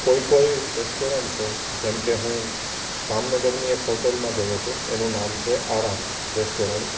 કોઈ કોઈ રેસ્ટોરન્ટ છે જેમ કે હું જામનગરની એક હોટલમાં ગયો તો એનો નામ છે આરામ રેસ્ટોરન્ટ